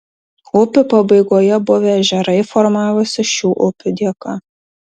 upių pabaigoje buvę ežerai formavosi šių upių dėka